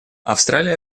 австралия